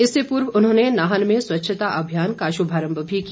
इससे पूर्व उन्होंने नाहन में स्वच्छता अभियान का शुभारम्भ भी किया